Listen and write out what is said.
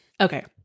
Okay